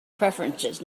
preferences